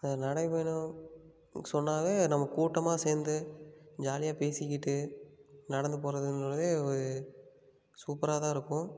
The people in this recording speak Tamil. அந்த நடைப்பயணம் சொன்னாவே நம்ம கூட்டமாக சேர்ந்து ஜாலியாக பேசிக்கிட்டு நடந்து போகிறது என்பதே ஒரு சூப்பராகதான் இருக்கும்